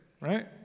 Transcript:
right